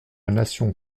nation